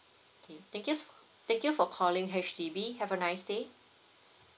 okay thank you so thank you for calling H_D_B have a nice day